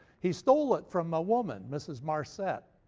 he stole it from a woman, mrs. marcet,